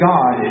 God